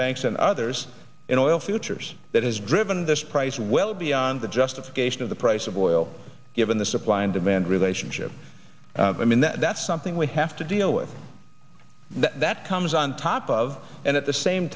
banks and others in oil futures that has driven this price well beyond the justification of the price of oil given the supply and demand relationship i mean that's something we have to deal with that comes on top of and at the same